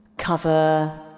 Cover